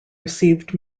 received